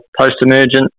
post-emergent